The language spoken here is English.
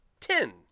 Ten